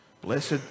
blessed